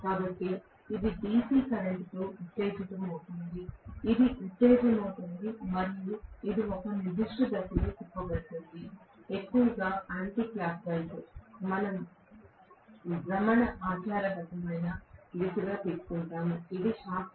కాబట్టి ఇది DC కరెంట్తో ఉత్తేజితమవుతుంది ఇది ఉత్తేజితమవుతుంది మరియు ఇది ఒక నిర్దిష్ట దిశలో తిప్పబడుతుంది ఎక్కువగా యాంటిక్లాక్వైస్గా మనం భ్రమణ ఆచారబద్ధమైన దిశగా తీసుకుంటాము ఇది షాఫ్ట్